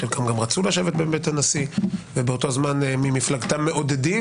חלקם גם רצו לשבת בבית הנשיא ובאותו זמן ממפלגתם מעודדים,